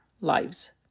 lives